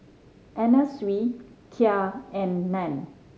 Anna Sui Kia and Nan